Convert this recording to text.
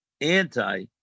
anti